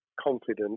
confident